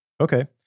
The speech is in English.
Okay